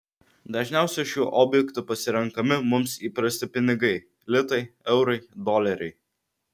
dažniausiai šiuo objektu pasirenkami mums įprasti pinigai litai eurai doleriai